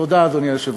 תודה, אדוני היושב-ראש.